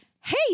Hey